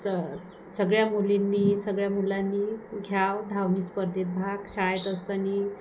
स सगळ्या मुलींनी सगळ्या मुलांनी घ्यावा धावणे स्पर्धेत भाग शाळेत असताना